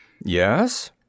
Yes